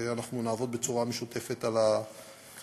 ואנחנו נעבוד בצורה משותפת על הדברים,